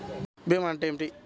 భీమా అంటే ఏమిటి?